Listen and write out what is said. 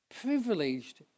privileged